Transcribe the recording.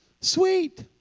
Sweet